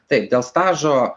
taip dėl stažo